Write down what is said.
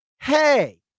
hey